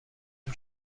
اون